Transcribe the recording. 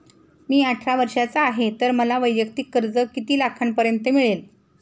मी अठरा वर्षांचा आहे तर मला वैयक्तिक कर्ज किती लाखांपर्यंत मिळेल?